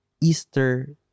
Easter